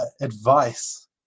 advice